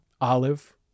olive